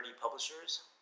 publishers